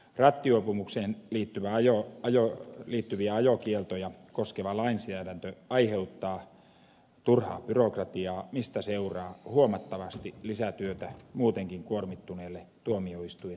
rattijuopumukseen liittyviä ajokieltoja koskeva lainsäädäntö aiheuttaa turhaa byrokratiaa mistä seuraa huomattavasti lisätyötä muutenkin kuormittuneelle tuomioistuinlaitokselle